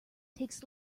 takes